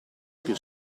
più